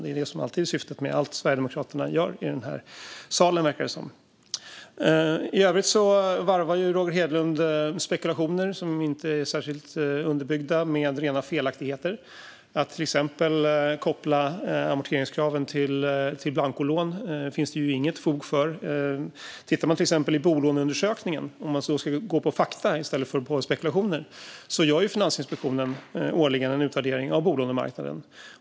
Det är det som alltid är syftet med allt Sverigedemokraterna gör i den här salen, verkar det som. I övrigt varvar Roger Hedlund spekulationer som inte är särskilt underbyggda med rena felaktigheter. Att till exempel koppla amorteringskraven till blancolån finns det inget fog för. Om man vill gå på fakta i stället för på spekulationer kan man titta på Finansinspektionens årliga utvärdering av bolånemarknaden.